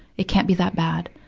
it can't be that bad.